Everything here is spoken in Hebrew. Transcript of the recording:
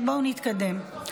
בואו נתקדם.